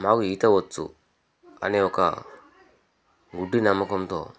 మాకు ఈత వచ్చు అనే ఒక గుడ్డి నమ్మకంతో